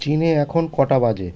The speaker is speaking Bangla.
চীনে এখন কটা বাজে